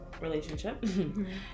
relationship